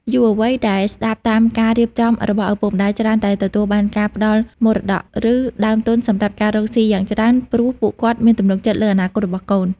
យុវវ័យដែលស្ដាប់តាមការរៀបចំរបស់ឪពុកម្ដាយ ច្រើនតែទទួលបានការផ្ដល់មរតក ឬដើមទុនសម្រាប់ការរកស៊ីយ៉ាងច្រើន ព្រោះពួកគាត់មានទំនុកចិត្តលើអនាគតរបស់កូន។